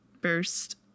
burst